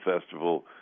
Festival